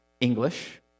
English